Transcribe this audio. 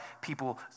people